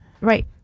Right